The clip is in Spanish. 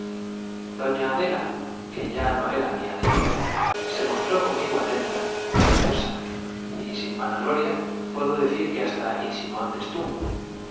mi que ya no adelita se mostró conmigo atenta cariñosa y sin vanagloria puedo decir que hasta insinuante estuvo